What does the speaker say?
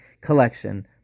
collection